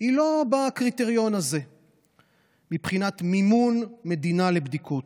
היא לא בקריטריון הזה מבחינת מימון המדינה לבדיקות.